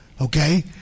Okay